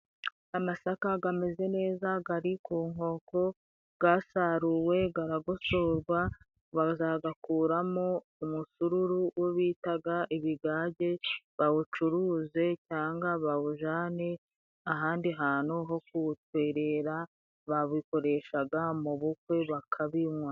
Amasaka ameze neza ari ku nkoko, yasaruwe arayagosorwa bazayakuramo umusururu uwo bita ibigage, bawucuruze cyangwa bawujyane ahandi hantu ho kuwutwerera, babikoresha mu bukwe bakabinwa.